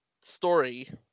story